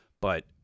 but-